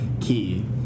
key